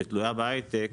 שתלויה בהייטק,